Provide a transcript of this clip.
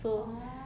oh